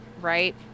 right